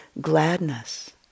gladness